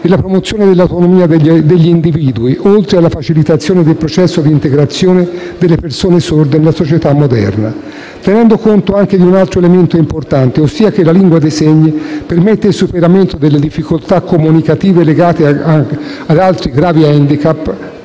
e la promozione dell'autonomia degli individui, oltre alla facilitazione del processo di integrazione delle persone sorde nella società moderna. Occorre tener conto anche di un altro elemento importante, ossia che la lingua dei segni permette il superamento delle difficoltà comunicative legate anche ad altri gravi *handicap*